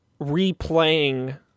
replaying